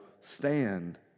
stand